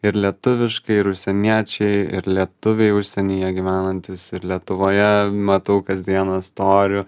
ir lietuviškai ir užsieniečiai ir lietuviai užsienyje gyvenantys ir lietuvoje matau kasdieną storių